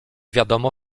wiadomo